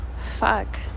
Fuck